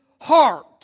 heart